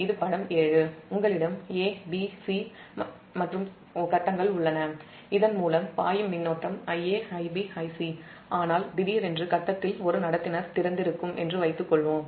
இது படம் 7 உங்களிடம் a b மற்றும் c ஃபேஸ்ல் உள்ளனஇதன் மூலம் Ia Ib Ic மின்னோட்டம் பாயும் ஆனால் திடீரென்று ஃபேஸ்ல் ஒரு கடத்தி திறந்திருக்கும் என்று வைத்துக் கொள்வோம்